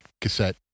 cassette